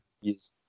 Yes